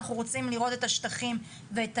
אנחנו רוצים לראות את השטחים ואת